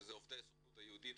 שזה עובדי הסוכנות היהודית,